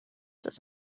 dass